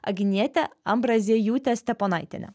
agnietė ambraziejūtė steponaitienė